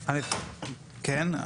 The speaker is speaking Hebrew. א' כן,